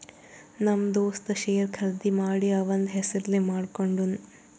ನಮ್ ದೋಸ್ತ ಶೇರ್ ಖರ್ದಿ ಮಾಡಿ ಅವಂದ್ ಹೆಸುರ್ಲೇ ಮಾಡ್ಕೊಂಡುನ್